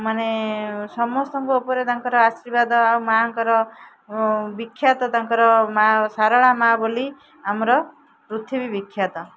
ମାନେ ସମସ୍ତଙ୍କ ଉପରେ ତାଙ୍କର ଆଶୀର୍ବାଦ ଆଉ ମାଆଙ୍କର ବିଖ୍ୟାତ ତାଙ୍କର ମାଆ ସାରଳା ମାଆ ବୋଲି ଆମର ପୃଥିବୀ ବିଖ୍ୟାତ